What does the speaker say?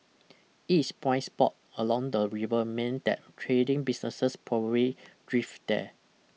it is prime spot along the river meant that trading businesses probably thrived there